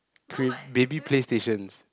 cre~ maybe play stations